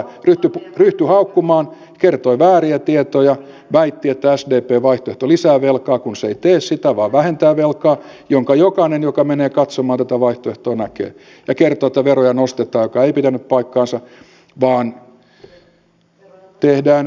ryhtyi haukkumaan kertoi vääriä tietoja väitti että sdpn vaihtoehto lisää velkaa kun se ei tee sitä vaan vähentää velkaa minkä jokainen joka menee katsomaan tätä vaihtoehtoa näkee ja kertoi että veroja nostetaan mikä ei pitänyt paikkaansa vaan tehdään verorakenneuudistus